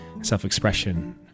self-expression